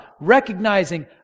recognizing